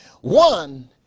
one